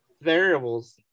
variables